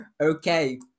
Okay